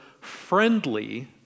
friendly